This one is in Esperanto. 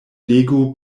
legu